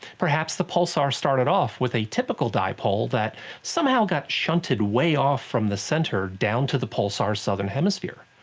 perhaps the pulsar started off with a typical dipole that somehow got shunted way off from the center down to the pulsar's southern hemisphere.